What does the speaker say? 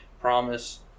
promise